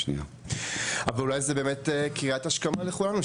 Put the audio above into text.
אבל אולי זו קריאת השכמה לכולנו,